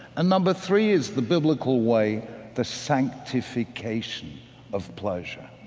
number three is the biblical way the sanctification of pleasure.